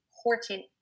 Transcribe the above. important